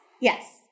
yes